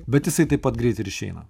bet jisai taip pat greit ir išeina